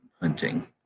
hunting